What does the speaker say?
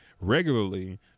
regularly